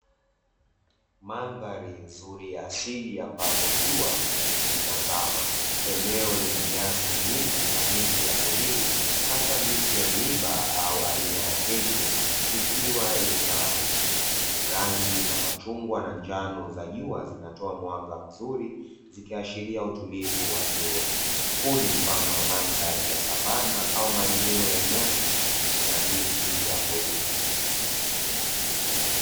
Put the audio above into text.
Mandhari nzuri ya asili ambapo jua linazama, eneo lina nyasi nyingi na miti ya porini hasa miti ya miiba au aina ya "keshyia" ikiwa imetawanyika, rangi za machungwa na njano na jua zinatoa mwanga mzuri zikiashiria utulivu wa jioni, huu ni mfano wa mandhari ya savana au maeneo ya nyasi na miti ya porini.